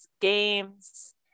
games